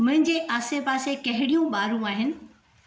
मुंहिंजे आसे पासे कहिड़ियूं ॿारूं आहिनि